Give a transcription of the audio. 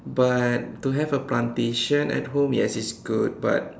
but to have a plantation at home yes it's good but